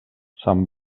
sant